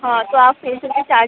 हाँ तो आप फेसियल के चार्ज चार्ज